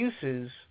uses